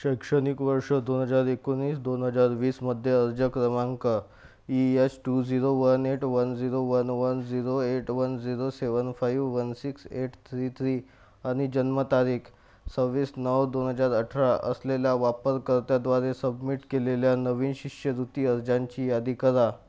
शैक्षणिक वर्ष दोन हजार एकोणीस दोन हजार वीसमध्ये अर्ज क्रमांक E H two zero one eight one zero one one zero eight one zero seven five one six eight three three आणि जन्मतारीख सव्वीस नऊ दोन हजार अठरा असलेल्या वापरकर्त्याद्वारे सबमिट केलेल्या नवीन शिष्यवृत्ती अर्जांची यादी करा